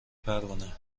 پروانه